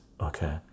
okay